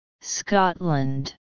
Scotland